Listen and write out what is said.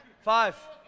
five